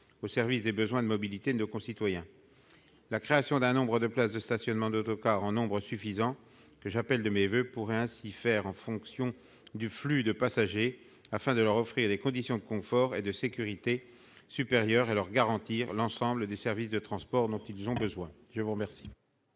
au service des besoins de mobilité de nos concitoyens. La création d'un nombre suffisant de places de stationnement d'autocars, que j'appelle de mes voeux, pourrait ainsi se faire en fonction du flux de passagers, afin d'offrir à ces derniers des conditions de confort et de sécurité supérieures et de leur garantir l'ensemble des services de transport dont ils ont besoin. La parole